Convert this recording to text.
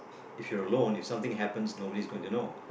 if you're alone and something happens nobody is gonna to know